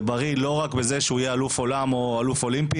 ובריא לא רק בזה שהוא יהיה אלוף עולם או אלוף אולימפי,